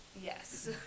Yes